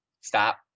Stop